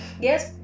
Yes